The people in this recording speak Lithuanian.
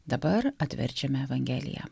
dabar atverčiame evangeliją